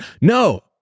No